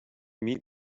meet